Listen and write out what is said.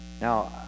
Now